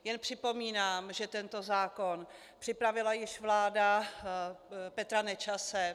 Jen připomínám, že tento zákon připravila již vláda Petra Nečase.